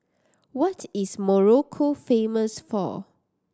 what is Morocco famous for